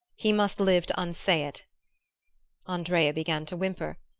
he must live to unsay it andrea began to whimper.